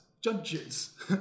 judges